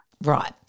Right